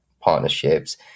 partnerships